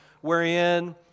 wherein